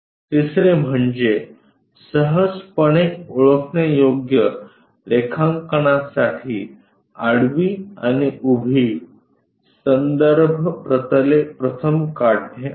तिसरे म्हणजे सहजपणे ओळखण्यायोग्य रेखांकनांसाठी आडवी आणि उभी संदर्भ प्रतले प्रथम काढणे आहे